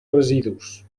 residus